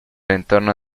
entorno